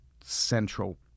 central